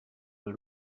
dal